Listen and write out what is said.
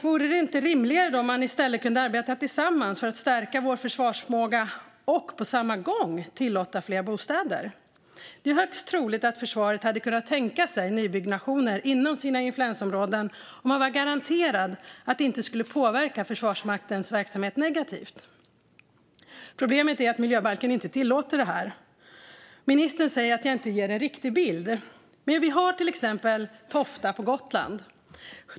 Vore det då inte rimligare om man i stället kunde arbeta tillsammans för att stärka vår försvarsförmåga och på samma gång tillåta fler bostäder? Det är högst troligt att försvaret hade kunnat tänka sig nybyggnationer inom sina influensområden om man vore garanterad att det inte skulle påverka Försvarsmaktens verksamhet negativt. Problemet är att miljöbalken inte tillåter detta. Ministern säger att jag inte ger en riktig bild. Men vi har exemplet Tofta på Gotland.